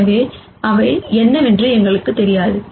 எனவே அவை என்னவென்று எங்களுக்குத் தெரியாது